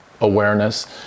awareness